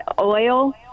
oil